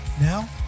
now